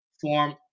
form